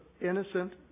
innocent